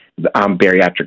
Bariatric